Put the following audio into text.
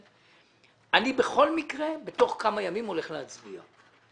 אני בכל מקרה בתוך כמה ימים הולך להצביע.